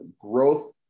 Growth